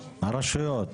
הרשויות.